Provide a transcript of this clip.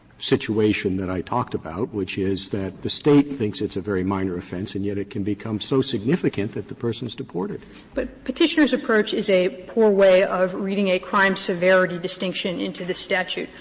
situation that i talked about, which is that the state thinks it's a very minor offense and yet it can become so significant that the person's deported. kovner but petitioner's approach is a poor way of reading a crime severity distinction into the statute.